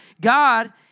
God